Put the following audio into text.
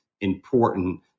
important